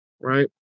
right